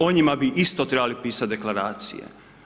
O njima bi isto trebali pisati deklaracije.